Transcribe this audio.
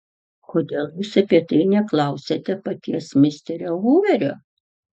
kodėl jūs apie tai neklausiate paties misterio huverio